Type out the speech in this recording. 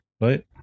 Right